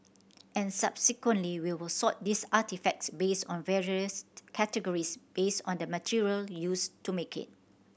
and subsequently we will sort these artefacts based on various categories based on the material used to make it